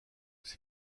ses